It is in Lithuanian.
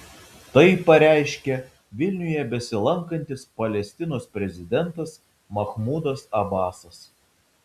tai pareiškė vilniuje besilankantis palestinos prezidentas mahmudas abasas